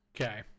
Okay